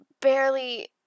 barely